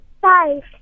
Five